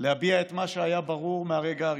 להביע את מה שהיה ברור מהרגע הראשון: